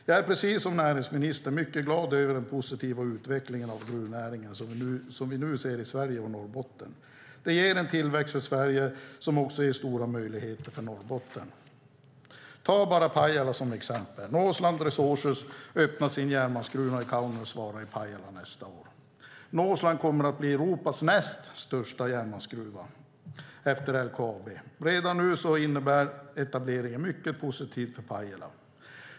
Jag är precis som näringsministern mycket glad över den positiva utveckling av gruvnäringen som vi nu ser i Sverige och Norrbotten. Det ger en tillväxt för Sverige som också ger stora möjligheter för Norrbotten. Ta bara Pajala som exempel! Northland Resources öppnar sin järnmalmsgruva i Kaunisvaara i Pajala nästa år. Northland kommer att bli Europas näst största järnmalmsgruva efter LKAB. Redan nu innebär etableringen mycket positivt för Pajala.